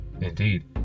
Indeed